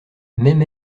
même